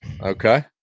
Okay